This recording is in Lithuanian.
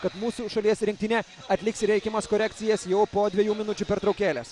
kad mūsų šalies rinktinė atliks reikiamas korekcijas jau po dviejų minučių pertraukėlės